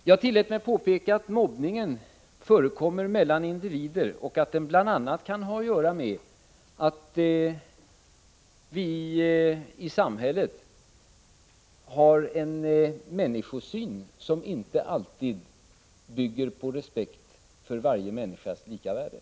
Jag tillät mig att påpeka att mobbningen förekommer mellan individer och att den bl.a. kan ha att göra med att vi i samhället har en människosyn som inte alltid bygger på respekt för varje människas lika värde.